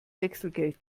wechselgeld